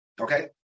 Okay